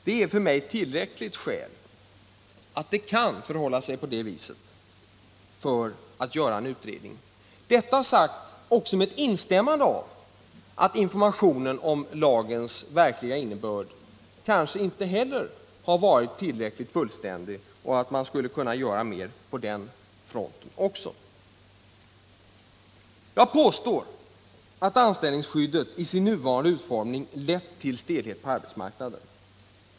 Det är för mig ett tillräckligt skäl att göra en utredning. Detta sagt också med instämmande i att informationen om lagens verkliga innebörd kanske inte heller har varit fullständig och att man skulle kunna göra mer på den fronten också. Jag påstår att anställningsskyddet i sin nuvarande utformning lett till Nr 33 stelhet på arbetsmarknaden.